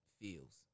feels